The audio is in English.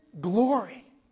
glory